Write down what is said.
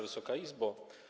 Wysoka Izbo!